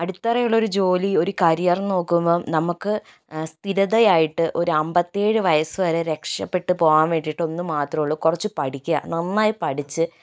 അടിത്തറയുള്ള ഒരു ജോലി ഒരു കരിയർ നോക്കുമ്പോൾ നമുക്ക് സ്ഥിരതയായിട്ട് ഒരു അമ്പത്തേഴ് വയസ്സുവരെ രക്ഷപ്പെട്ടു പോകാൻ വേണ്ടിയിട്ട് ഒന്ന് മാത്രമേയുള്ളൂ കുറച്ച് പഠിക്കുക നന്നായി പഠിച്ച്